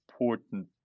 important